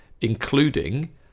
including